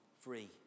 free